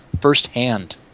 firsthand